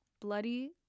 Bloody